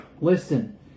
listen